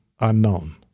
Unknown